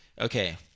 okay